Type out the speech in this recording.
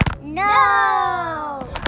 No